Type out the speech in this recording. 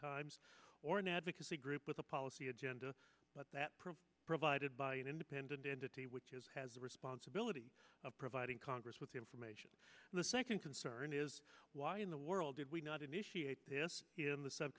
times or an advocacy group with a policy agenda but that provided by an independent entity which is has the responsibility of providing congress with the information and the second concern is why in the world did we not initiate this in the